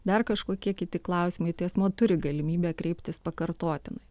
dar kažkokie kiti klausimai tai asmuo turi galimybę kreiptis pakartotinai